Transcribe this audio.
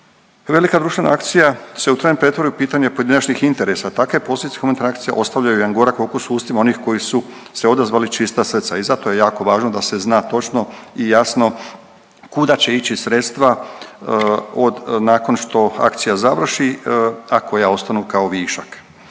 Velika društvena akcija se u tren pretvori u pitanje pojedinačnih interesa, takve posljedice humanitarne akcije ostavljaju jedan gorak okus u ustima onih koji su se odazvali čista srca i zato je jako važno da se zna točno i jasno kuda će ići sredstva od, nakon što akcija završi, a koja ostanu kao višak.